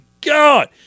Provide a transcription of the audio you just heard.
God